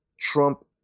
Trump